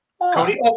Cody